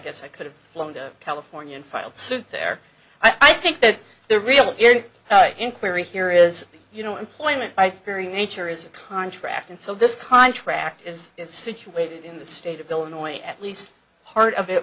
guess i could have flown to california and filed suit there i think that the real inquiry here is you know employment by very nature is a contract and so this contract is situated in the state of illinois at least part of it